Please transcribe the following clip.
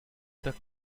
the